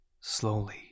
Slowly